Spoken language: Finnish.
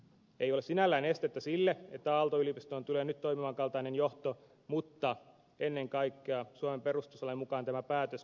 ei ole sinällään estettä sille että aalto yliopistoon tulee nyt toimivankaltainen johto mutta ennen kaikkea suomen perustuslain mukaan tämä päätös kuuluu yliopistoyhteisölle itselleen